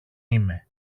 είμαι